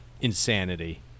insanity